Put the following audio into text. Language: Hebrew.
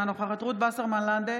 אינה נוכחת רות וסרמן לנדה,